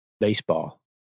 baseball